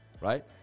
right